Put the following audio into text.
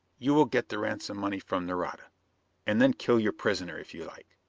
you will get the ransom money from nareda and then kill your prisoner if you like.